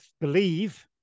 believe